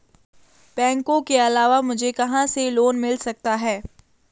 बैंकों के अलावा मुझे कहां से लोंन मिल सकता है?